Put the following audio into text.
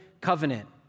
Covenant